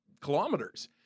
kilometers